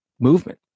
movement